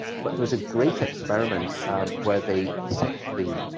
but there's a great experiment where they essentially